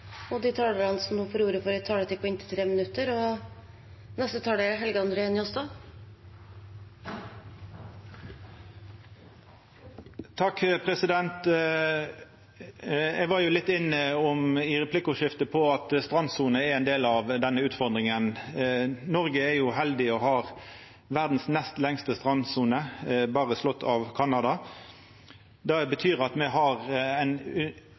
De talere som heretter får ordet, har også en taletid på inntil 3 minutter. Eg var litt innom i replikkordskiftet at strandsona er ein del av denne utfordringa. Noreg er heldig og har verdas nest lengste strandsone, berre slått av Canada. Det betyr at me har ein